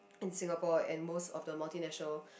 in Singapore and most of the multi-national